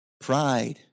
Pride